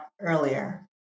earlier